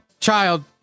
child